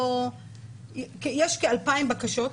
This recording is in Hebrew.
יש כ-2,000 בקשות.